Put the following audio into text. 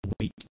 wait